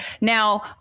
Now